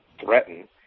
threaten